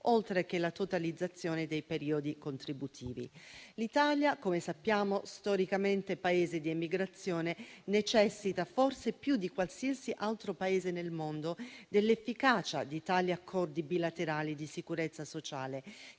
oltre che la totalizzazione dei periodi contributivi. L'Italia, come sappiamo, storicamente Paese di emigrazione, necessita forse più di qualsiasi altro nel mondo dell'efficacia di tali accordi bilaterali di sicurezza sociale,